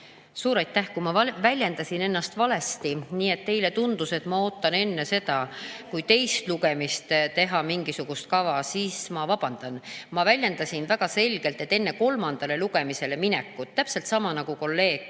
Suur aitäh! Kui ma väljendasin ennast valesti, nii et teile tundus, et ma ootan enne seda, kui teist lugemist teha, mingisugust kava, siis ma vabandan. Ma väljendasin väga selgelt, et enne kolmandale lugemisele minekut, täpselt samuti, nagu ütles